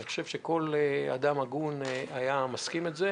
אני חושב שכל אדם הגון היה מסכים על זה,